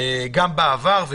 וגם בעבר,